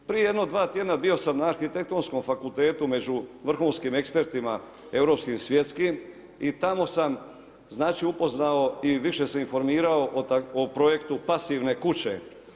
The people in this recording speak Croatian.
Prije jedno dva tjedna bio sam na Arhitektonskom fakultetu među vrhunskih ekspertima, europskim i svjetskim i tamo sam znači upoznao i više se informirao o projektu pasivne kuće.